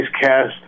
cast